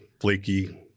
flaky